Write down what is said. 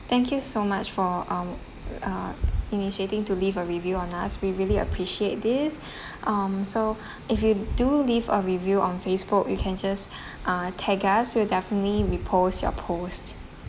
thank you so much for um uh initiating to leave a review on us we really appreciate this um so if you do leave a review on Facebook you can just uh tag us we'll definitely repost your post